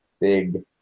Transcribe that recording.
big